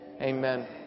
Amen